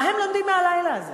מה הם לומדים מהלילה הזה?